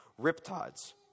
riptides